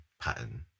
pattern